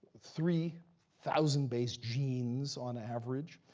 three thousand base genes on average,